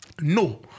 No